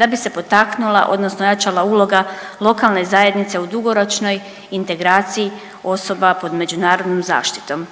da bi se potaknula odnosno jačala uloga lokalne zajednice u dugoročnoj integraciji osoba pod međunarodnom zaštitom.